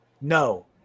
no